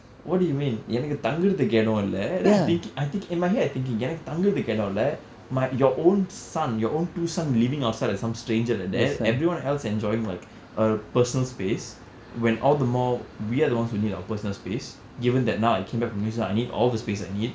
what do you mean எனக்கு தங்குவதற்கு இடம் இல்லை:enakku thanguvatharkku idam illai then I think I think in my head I thinking எனக்கு தங்குவதற்கு இடம் இல்லை:enakku thanguvatharkku idam illai my your own son your own two son living outside like some stranger like that everyone else enjoying like a personal space when all the more we are the ones who need our personal space given that now I came back from New Zealand I need all the space I need